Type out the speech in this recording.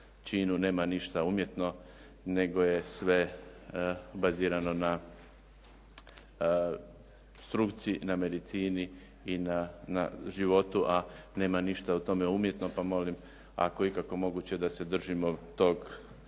nema ništa umjetno, nego je sve bazirano na struci, na medicini i na životu, a nema ništa u tome umjetno, pa molim ako je ikako moguće da se držimo tog